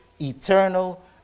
eternal